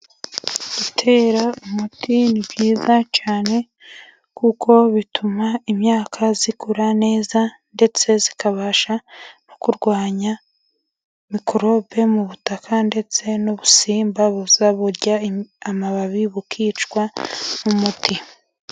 Gutera umuti ni byiza cyane kuko bituma imyaka ikura neza ,ndetse ikabasha no kurwanya mikorobe mu butaka, ndetse n'ubusimba buza burya amababi bukicwa n'umuti.